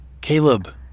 Caleb